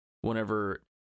whenever